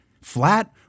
flat